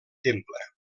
temple